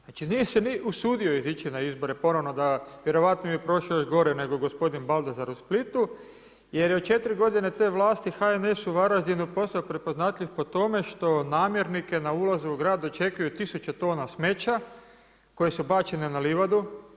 Znači nije se ni usudio izići na izbore ponovno da, vjerojatno bi prošao još gore nego gospodin Baldazar u Splitu jer je u četiri godine te vlasti HNS u Varaždinu postao prepoznatljiv po tome što namjernike na ulazu u grad dočekuju tisuće tona smeća koje su bačene na livadu.